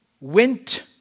went